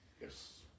Yes